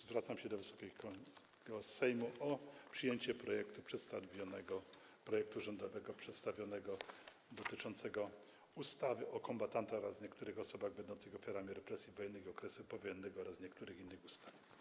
Zwracam się do Wysokiego Sejmu o przyjęcie przedstawionego projektu rządowego dotyczącego ustawy o kombatantach oraz niektórych osobach będących ofiarami represji wojennych i okresu powojennego oraz niektórych innych ustaw.